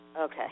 Okay